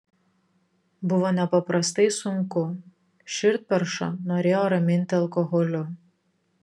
buvo nepaprastai sunku širdperšą norėjo raminti alkoholiu